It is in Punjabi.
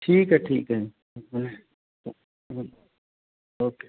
ਠੀਕ ਹੈ ਠੀਕ ਹੈ ਓਕੇ